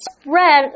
spread